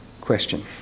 question